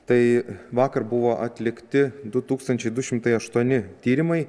tai vakar buvo atlikti du tūkstančiai du šimtai aštuoni tyrimai